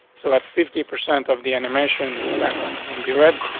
so that's fifty percent of the animation. the background is going to be read.